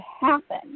happen